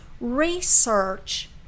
research